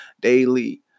daily